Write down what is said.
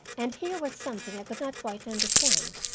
and here was something i could not quite understand.